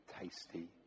tasty